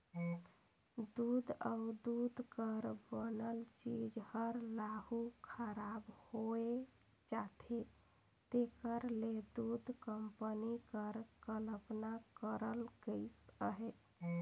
दूद अउ दूद कर बनल चीज हर हालु खराब होए जाथे तेकर ले दूध कंपनी कर कल्पना करल गइस अहे